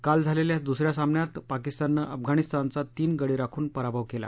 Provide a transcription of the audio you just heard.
काल झालेल्या दुसऱ्या सामन्यात पाकिस्ताननं अफगाणिस्तानचा तीन गडी राखून पराभव केला